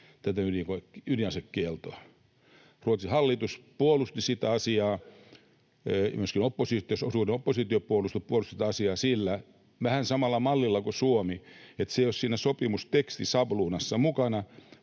tätä ydinasekieltoa. Ruotsin hallitus puolusti sitä asiaa ja myöskin oppositiopuolueet puolustivat sitä asiaa sillä, vähän samalla mallilla kuin Suomi, että se ei ole siinä sopimustekstisabluunassa mukana